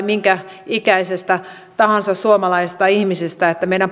minkä ikäisistä tahansa suomalaisista ihmisistä että meidän